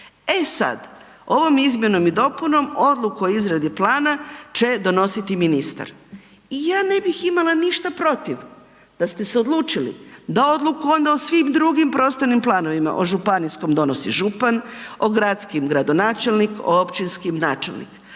E sad, ovom izmjenom i dopunom Odluku o izradi plana će donositi ministar, i ja ne bih imala ništa protiv da ste se odlučili da Odluku onda o svim drugim prostornim planovima, o županijskom donosi župan, o gradskim gradonačelnik, o općinskim načelnik,